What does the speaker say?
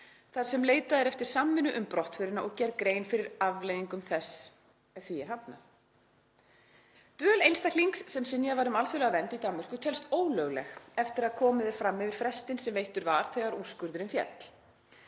þar sem leitað er eftir samvinnu um brottförina og gerð grein fyrir afleiðingum þess ef því er hafnað. Dvöl einstaklings sem synjað var um alþjóðlega vernd í Danmörku telst ólögleg eftir að komið er fram yfir frestinn sem veittur var þegar úrskurðurinn féll.